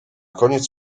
koniec